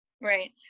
Right